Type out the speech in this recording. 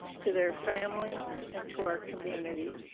to their families, and to our community.